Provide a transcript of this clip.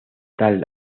talk